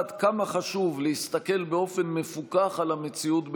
עד כמה חשוב להסתכל באופן מפוכח על המציאות באזורנו,